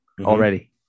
already